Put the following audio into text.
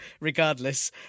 regardless